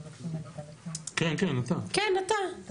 עו"ד ירון סעדון נמצא בזום.